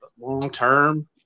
long-term